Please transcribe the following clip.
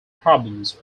problems